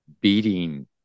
beating